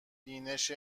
بینش